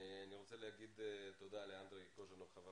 אני רוצה להגיד תודה לאנדרי קוז'נוב חבר